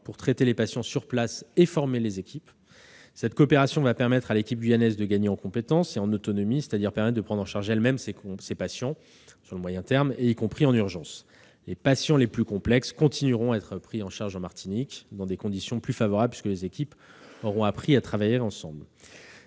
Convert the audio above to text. pour traiter les patients sur place et former les équipes locales ; cette coopération permettra à l'équipe guyanaise de gagner en compétences et en autonomie, pour, à moyen terme, prendre en charge elle-même ses patients, y compris en urgence. Les patients les plus complexes continueront d'être pris en charge en Martinique, dans des conditions plus favorables, puisque les équipes auront appris à travailler ensemble.